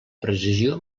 precisió